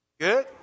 Good